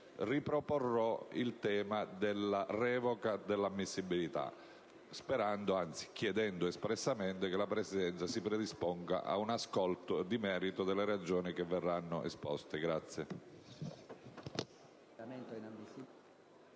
- il tema della revoca dell'improponibilità, chiedendo espressamente che la Presidenza si predisponga ad un ascolto di merito delle ragioni che verranno esposte.